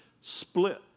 split